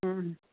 हूं